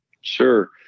Sure